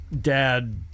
dad